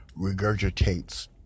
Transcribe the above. regurgitates